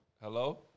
hello